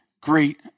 great